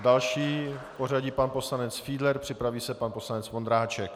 Další v pořadí pan poslanec Fiedler, připraví se pan poslanec Vondráček.